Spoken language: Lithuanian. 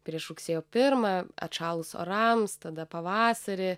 prieš rugsėjo pirmą atšalus orams tada pavasarį